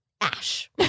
ash